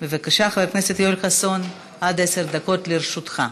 בבקשה, חבר הכנסת יואל חסון, עד עשר דקות לרשותך.